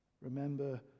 Remember